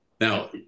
Now